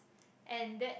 and that's